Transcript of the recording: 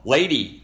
Lady